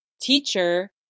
teacher